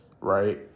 right